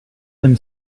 them